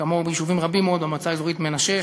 וכמוהו ביישובים רבים במועצה האזורית מנשה,